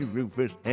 Rufus